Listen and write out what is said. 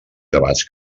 debats